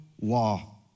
law